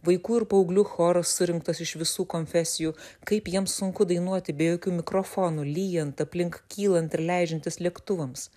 vaikų ir paauglių choras surinktas iš visų konfesijų kaip jiems sunku dainuoti be jokių mikrofonų lyjant aplink kylant ir leidžiantis lėktuvams